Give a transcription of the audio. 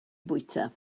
bwyta